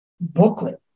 booklet